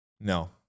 No